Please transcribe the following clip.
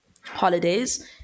holidays